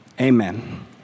amen